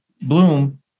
Bloom